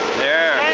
there,